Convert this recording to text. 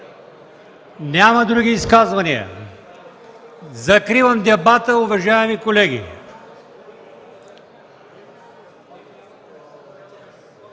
Няма. Други изказвания? Няма. Закривам дебата, уважаеми колеги.